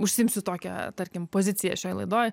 užsiimsiu tokią tarkim poziciją šioj laidoj